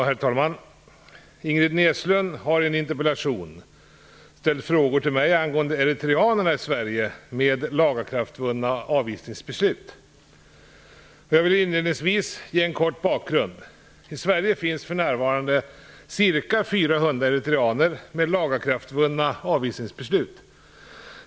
Herr talman! Ingrid Näslund har i en interpellation ställt frågor till mig angående eritreanerna i Sverige med lagakraftvunna avvisningsbeslut. Jag vill inledningsvis ge en kort bakgrund. I Sverige finns för närvarande ca 400 eritreaner med lagakraftvunna avvisningsbeslut.